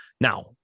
Now